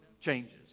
changes